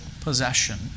possession